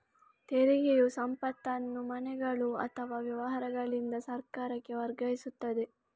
ತೆರಿಗೆಯು ಸಂಪತ್ತನ್ನು ಮನೆಗಳು ಅಥವಾ ವ್ಯವಹಾರಗಳಿಂದ ಸರ್ಕಾರಕ್ಕೆ ವರ್ಗಾಯಿಸುತ್ತದೆ